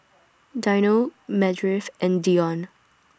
Dino Meredith and Deion